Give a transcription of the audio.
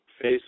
face